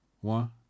one